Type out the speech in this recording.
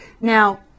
Now